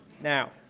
Now